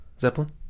Zeppelin